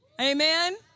Amen